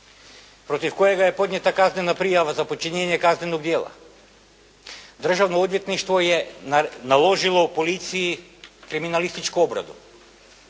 protiv kojega je podnijeta kaznena prijava za počinjenje kaznenog djela. Državno odvjetništvo je naložilo policiji kriminalističku obradu,